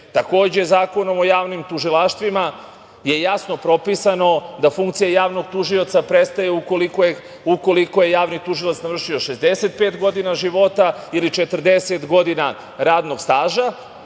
Zakonom o javnim tužilaštvima je jasno propisano da funkcija javnog tužioca prestaje ukoliko je javni tužioc navršio 65 godina života ili 40 godina radnog staža,